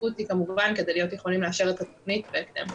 הדחיפות היא כמובן כדי להיות יכולים לאשר את התוכנית בהקדם.